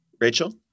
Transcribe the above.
Rachel